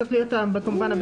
אני